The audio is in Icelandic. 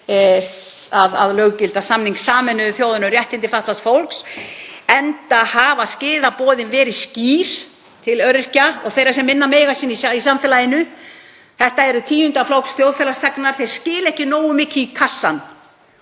að löggilda samning Sameinuðu þjóðanna um réttindi fatlaðs fólks, enda hafa skilaboðin verið skýr til öryrkja og þeirra sem minna mega sín í samfélaginu. Þetta eru tíundaflokks þjóðfélagsþegnar, þeir skila ekki nógu miklu í kassann.